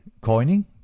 coining